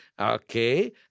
okay